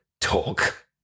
talk